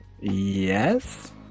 Yes